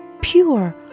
pure